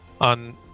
on